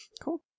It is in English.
Cool